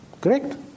Correct